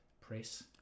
press